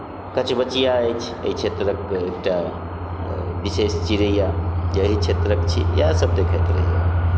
कचबचिया अछि एहि क्षेत्रक एकटा बिशेष चिरैया जे अहि क्षेत्रक छी इएह सब देखैत रहैए